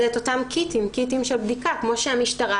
ואת אותם kits של בדיקה כמו שהמשטרה,